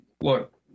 look